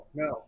no